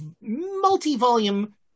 multi-volume